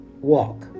walk